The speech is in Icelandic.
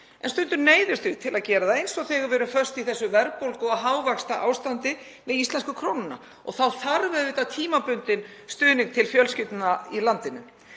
En stundum neyðumst við til að gera það eins og þegar við erum föst í þessu verðbólgu- og hávaxtaástandi með íslensku krónuna. Þá þarf auðvitað tímabundinn stuðning til fjölskyldna í landinu.